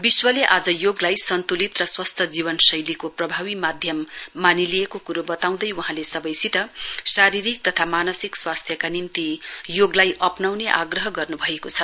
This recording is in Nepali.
विश्वले आज योगलाई संन्तुलित र स्वस्थ जीवनशैलीको प्रभावी माध्यम मानिलिएको क्रो बताउँदै वहाँले सबैसित शारीरिक तथा मानसिक स्वास्थ्यका निम्ति योगलाई अप्नाउने आग्रह गर्न्भएको छ